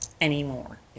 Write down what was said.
anymore